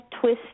twist